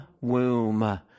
womb